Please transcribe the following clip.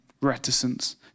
reticence